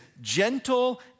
gentle